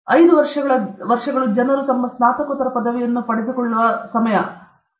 5 ವರ್ಷಗಳು ಜನರು ತಮ್ಮ ಸ್ನಾತಕೋತ್ತರ ಪದವಿಯನ್ನು ಪಡೆದುಕೊಳ್ಳುವ ಸಮಯ M